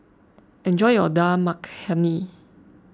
enjoy your Dal Makhani